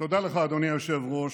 תודה לך, אדוני היושב-ראש.